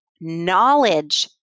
knowledge